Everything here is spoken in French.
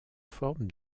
forme